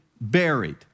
buried